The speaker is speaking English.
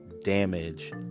damage